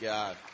God